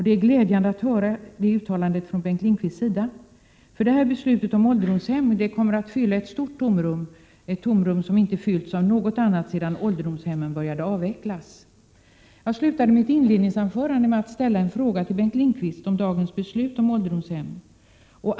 Det är glädjande att höra det uttalandet från Bengt Lindqvist, för beslutet om ålderdomshemmen kommer att fylla ett stort tomrum som inte fyllts av något annat sedan ålderdomshemmen började avvecklas. Jag slutade mitt inledningsanförande med att ställa en fråga till Bengt Lindqvist om dagens beslut om åldersdomshemmen.